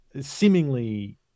seemingly